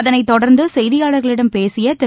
அதனைத் தொடர்ந்து செய்தியாளர்களிடம் பேசிய திரு